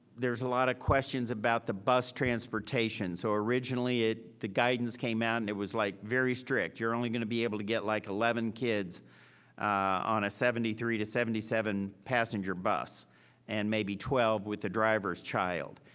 there's a lot of questions about the bus transportation. so originally the guidance came out and it was like very strict. you're only gonna be able to get like eleven kids on a seventy three to seventy seven passenger bus and maybe twelve with the driver's child.